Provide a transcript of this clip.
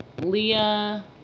Leah